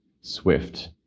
Swift